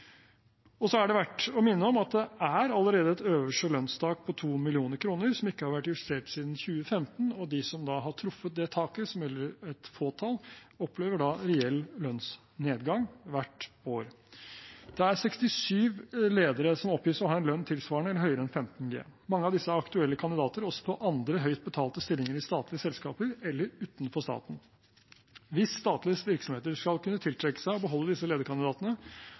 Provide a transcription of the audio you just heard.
Så er det verdt å minne om at det er allerede et øvre lønnstak på 2 mill. kr, som ikke har vært justert siden 2015, og de som har truffet det taket, som gjelder et fåtall, opplever da reell lønnsnedgang hvert år. Det er 67 ledere som oppgis å ha en lønn tilsvarende eller høyere enn 15G. Mange av disse er aktuelle kandidater også til andre høyt betalte stillinger i statlige selskaper eller utenfor staten. Hvis statlige virksomheter skal kunne tiltrekke seg og beholde disse lederkandidatene,